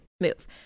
move